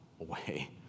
away